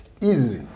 easily